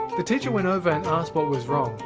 the teacher went over and asked what was wrong.